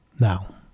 now